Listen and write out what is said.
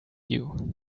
you